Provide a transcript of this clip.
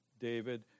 David